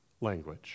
language